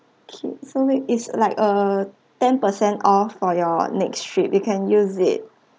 okay so wait it's like a ten per cent off for your next trip you can use it